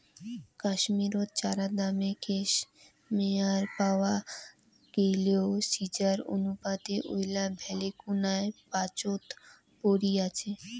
কাশ্মীরত চরাদামে ক্যাশমেয়ার পাওয়াং গেইলেও সিজ্জার অনুপাতে ঐলা ভালেকুনায় পাচোত পরি আচে